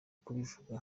kubivuga